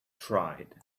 tried